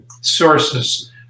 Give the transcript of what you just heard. sources